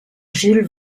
jules